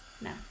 No